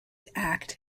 act